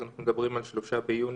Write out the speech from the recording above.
אנחנו מדברים על ה-3 ביוני.